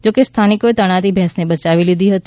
જો કે સ્થાનિકોએ તણાતી ભેંસને બચાવી લીધી હતી